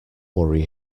worry